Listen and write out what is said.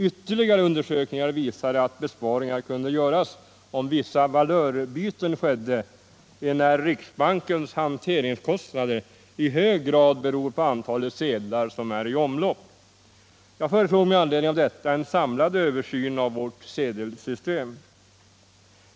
Ytterligare undersökningar visade att besparingar kunde göras om vissa valörbyten skedde, enär riksbankens hanteringskostnader i hög grad beror på antalet sedlar som är i omlopp. Jag föreslog med anledning av detta en samlad översyn av vårt sedelsystem.